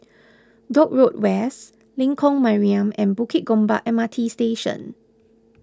Dock Road West Lengkok Mariam and Bukit Gombak M R T Station